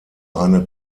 eine